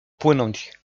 płynąć